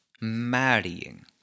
marrying